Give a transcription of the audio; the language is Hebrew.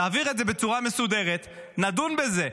תעביר את זה בצורה מסודרת, נדון בזה.